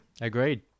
Agreed